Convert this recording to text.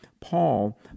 Paul